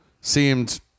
seemed